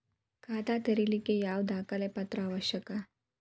ಖಾತಾ ತೆರಿಲಿಕ್ಕೆ ಯಾವ ದಾಖಲೆ ಪತ್ರ ಅವಶ್ಯಕ?